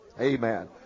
Amen